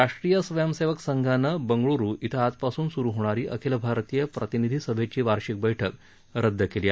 राष्ट्रीय स्वयंसेवक संघानं बंगळुरु इथं आजपासून सुरु होणारी अखिल भारतीय प्रतिनिधी सभेची वार्षिक बैठक रद्द केली आहे